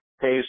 pays